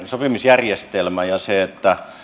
sopimisjärjestelmä ja että